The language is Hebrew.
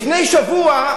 לפני שבוע,